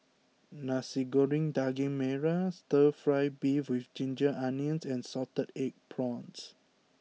Nasi Goreng Daging Merah Stir Fry Beef with Ginger Onions and Salted Egg Prawns